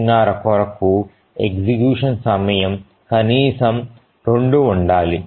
5 కొరకు ఎగ్జిక్యూషన్ సమయం కనీసం 2 ఉండాలి